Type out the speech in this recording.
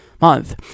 month